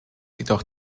jedoch